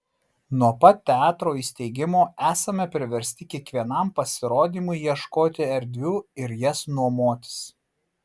nuo pat teatro įsteigimo esame priversti kiekvienam pasirodymui ieškoti erdvių ir jas nuomotis